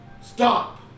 Stop